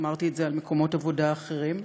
אמרתי את זה על מקומות עבודה אחרים,